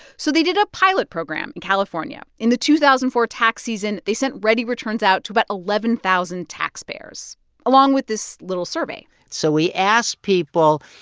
so they did a pilot program in california. in the two thousand and four tax season, they sent readyreturns out to about eleven thousand taxpayers along with this little survey so we asked people,